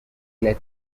let